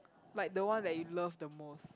like the one that you love the most